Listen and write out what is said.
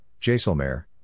Jaisalmer